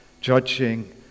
judging